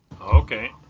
okay